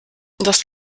das